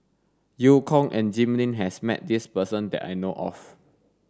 Eu Kong and Jim Lim has met this person that I know of